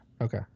Okay